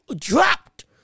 dropped